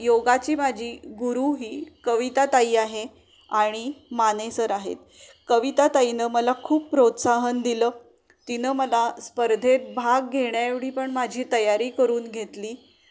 योगाची माझी गुरु ही कविता ताई आहे आणि माने सर आहेत कविता ताईनं मला खूप प्रोत्साहन दिलं तिनं मला स्पर्धेत भाग घेण्याएवढी पण माझी तयारी करून घेतली